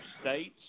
states